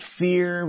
fear